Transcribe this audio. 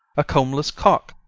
a combless cock,